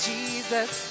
Jesus